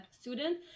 student